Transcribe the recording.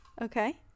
Okay